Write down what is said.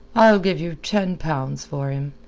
i'll give you ten pounds for him,